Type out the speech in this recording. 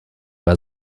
bei